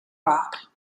rock